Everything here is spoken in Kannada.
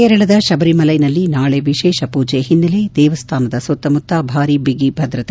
ಕೇರಳದ ಶಬರಿಮಲೆಯಲ್ಲಿ ನಾಳೆ ವಿಶೇಷ ಪೂಜೆ ಹಿನ್ನೆಲೆ ದೇವಸ್ಟಾನದ ಸುತ್ತಮುತ್ತ ಭಾರಿ ಬಿಗಿ ಭದ್ರತೆ